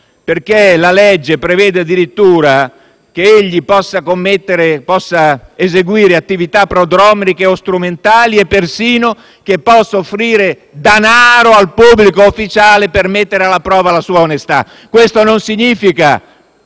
perché la legge prevede addirittura che egli possa commettere attività prodromiche o strumentali e persino che possa offrire danaro al pubblico ufficiale per mettere alla prova la sua onestà. Questo non significa